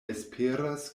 esperas